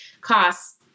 Costs